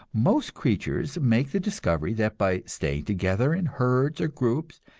most creatures make the discovery that by staying together in herds or groups,